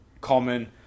Common